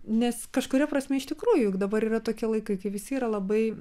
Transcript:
nes kažkuria prasme iš tikrųjų juk dabar yra tokie laikai kai visi yra labai